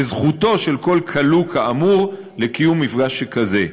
וזכותו של כל כלוא כאמור לקיום מפגש שכזה.